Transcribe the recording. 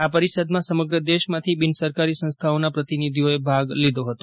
આ પરિષદમાં સમગ્ર દેશમાંથી બિન સરકારી સંસ્થાઓના પ્રતિનિષિઓએ ભાગ લીધો હતો